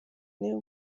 niba